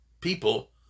people